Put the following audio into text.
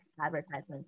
advertisements